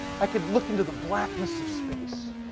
i could look into the blackness of space.